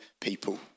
people